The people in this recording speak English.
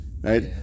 right